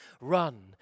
run